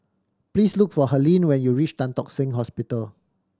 please look for Helene when you reach Tan Tock Seng Hospital